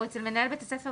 הוא אצל מנהל בית הספר,